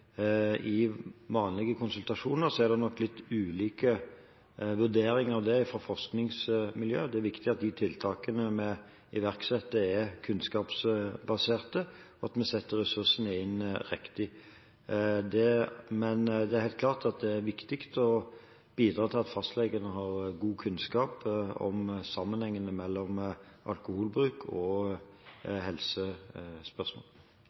i vanlige konsultasjoner, er det nok litt ulike vurderinger om det fra forskningsmiljøet. Det er viktig at tiltakene vi iverksetter, er kunnskapsbaserte, og at vi setter inn ressursene riktig. Men det er helt klart at det er viktig å bidra til at fastlegen har god kunnskap om sammenhengene mellom alkoholbruk og